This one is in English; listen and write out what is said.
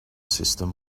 system